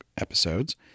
episodes